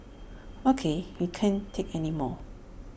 ok we can't take anymore